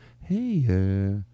Hey